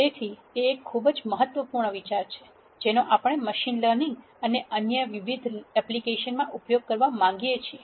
તેથી તે એક ખૂબ જ મહત્વપૂર્ણ વિચાર છે જેનો આપણે મશીન લર્નિંગ અને અન્ય વિવિધ એપ્લિકેશનમાં ઉપયોગ કરવા માંગીએ છીએ